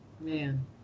Man